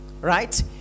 right